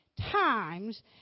times